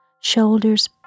shoulders